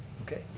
okay,